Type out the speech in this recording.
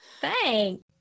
Thanks